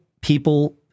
people